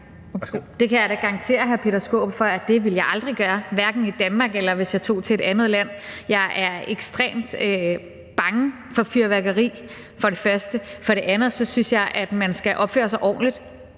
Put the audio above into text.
Det kan jeg da garantere hr. Peter Skaarup for at jeg aldrig ville gøre, hverken i Danmark, eller hvis jeg tog til et andet land. For det første er jeg ekstremt bange for fyrværkeri. For det andet synes jeg, at man skal opføre sig ordentligt,